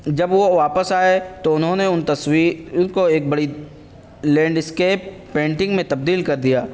جب وہ واپس آئے تو انہوں نے ان ان کو ایک بڑی لینڈ اسکیپ پینٹنگ میں تبدیل کر دیا